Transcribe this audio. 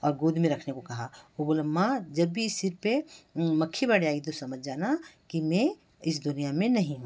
और गोद में रखने को कहा वह बोले माँ जब भी इस सिर पर मक्खी बैठ जाएगी तो समझ जाना कि मैं इस दुनिया में नहीं हूँ